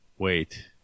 Wait